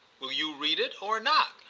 will you read it or not?